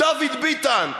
דוד ביטן,